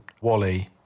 Wally